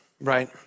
right